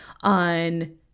on